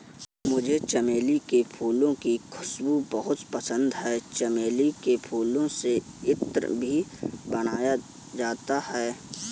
मुझे चमेली के फूलों की खुशबू बहुत पसंद है चमेली के फूलों से इत्र भी बनाया जाता है